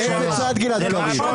מאיזה צד, גלעד קריב?